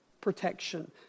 protection